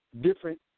different